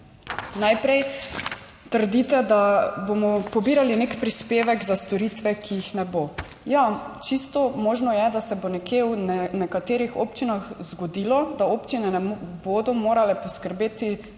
Najprej. Trdite, da bomo pobirali nek prispevek za storitve, ki jih ne bo. Ja, čisto možno je, da se bo nekje v nekaterih občinah zgodilo, da občine ne bodo morale poskrbeti